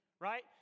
right